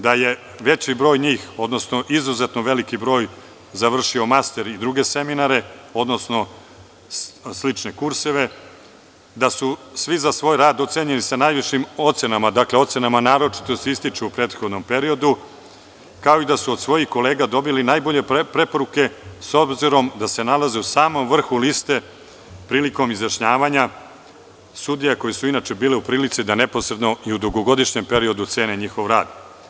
Da je veći broj njih, odnosno izuzetno veliki broj završio master i druge seminare, odnosno slične kurseve, da su svi za svoj rad ocenjeni sa najvišim ocenama, ocenama „naročito se ističu“ u prethodnom periodu, kao i da su od svojih kolega dobili najbolje preporuke, s obzirom da se nalaze u samom vrhu liste prilikom izjašnjavanja sudija koji su inače bili u prilici da neposredno i u dugogodišnjem periodu cene njihov rad.